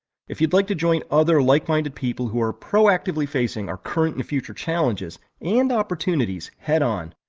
if you'd like to join other like-minded people who are proactively facing our current and future challenges and opportunities head-on,